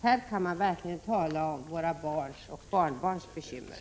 Här kan man verkligen tala om våra barns och barnbarns bekymmer.